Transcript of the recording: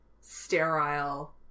sterile